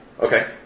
Okay